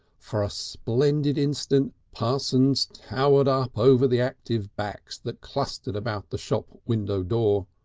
for a splendid instant parsons towered up over the active backs that clustered about the shop window door,